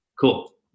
Cool